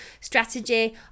strategy